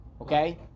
Okay